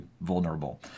vulnerable